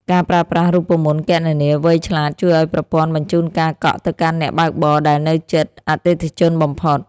ការប្រើប្រាស់រូបមន្តគណនាវៃឆ្លាត ជួយឱ្យប្រព័ន្ធបញ្ជូនការកក់ទៅកាន់អ្នកបើកបរដែលនៅជិតអតិថិជនបំផុត។